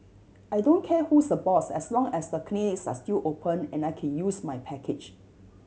I don't care who's the boss as long as the clinics are still open and I can use my package